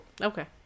Okay